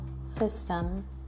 system